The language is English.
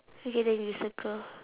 okay then we circle